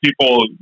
people